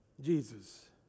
Jesus